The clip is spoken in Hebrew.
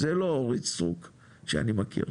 זה לא אורית סטרוק שאני מכיר.